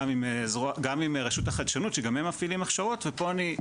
גם עם רשות החדשנות שגם הם מפעילים הכשרות ופה אני ,